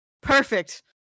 perfect